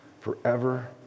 forever